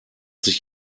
sich